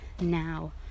now